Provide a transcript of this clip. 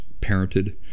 parented